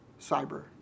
cyber